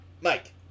Mike